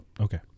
Okay